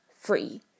free